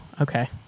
okay